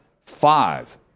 five